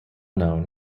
known